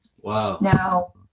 Wow